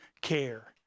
care